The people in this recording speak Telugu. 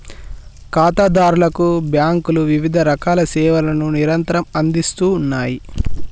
ఖాతాదారులకు బ్యాంకులు వివిధరకాల సేవలను నిరంతరం అందిస్తూ ఉన్నాయి